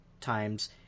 times